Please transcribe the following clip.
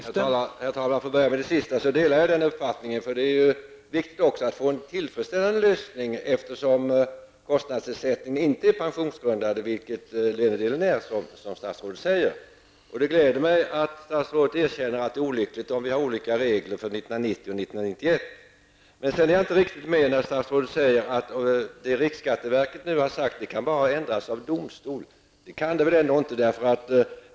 Herr talman! Jag börjar med det sist sagda. Jag delar den uppfattning statsrådet har. Det är viktigt att också få en tillfredsställande lösning, eftersom kostnadsersättningen inte är pensionsgrundande vilket lönedelen är, som statsrådet säger. Det gläder mig att statsrådet erkänner att det är olyckligt om vi har olika regler för 1990 och 1991. Men sedan är jag inte riktigt med när statsrådet säger att det riksskatteverket nu har sagt bara kan ändras av domstol. Det kan det väl ändå inte.